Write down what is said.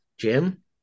Jim